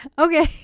okay